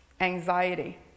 anxiety